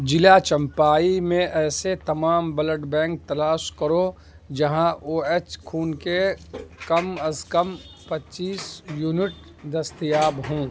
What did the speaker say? ضلع چمپائی میں ایسے تمام بلڈ بینک تلاش کرو جہاں او ایچ خون کے کم از کم پچیس یونٹ دستیاب ہوں